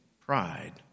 pride